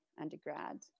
undergrad